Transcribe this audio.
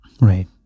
Right